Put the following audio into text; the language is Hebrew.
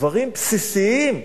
דברים בסיסיים.